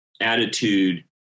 attitude